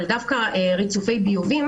אבל דווקא ריצופי ביובים,